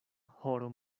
horo